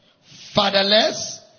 Fatherless